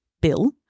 Bill